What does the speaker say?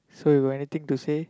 so you got anything to say